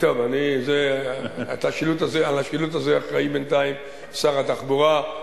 לשילוט הזה אחראי בינתיים שר התחבורה.